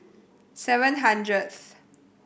seven hundredth